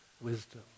wisdom